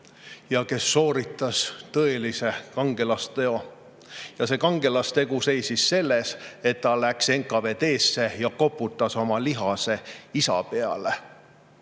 ja kes sooritas tõelise kangelasteo. Ja see kangelastegu seisnes selles, et ta läks NKVD‑sse ja koputas oma lihase isa peale.